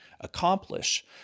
accomplish